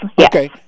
Okay